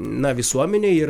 na visuomenėj ir